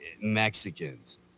Mexicans